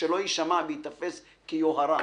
ושלא ייתפס כיוהרה,